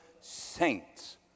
saints